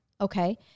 Okay